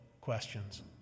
questions